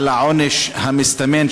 על העונש המסתמן,